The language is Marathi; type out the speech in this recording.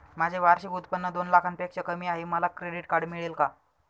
माझे वार्षिक उत्त्पन्न दोन लाखांपेक्षा कमी आहे, मला क्रेडिट कार्ड मिळेल का?